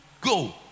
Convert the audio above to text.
go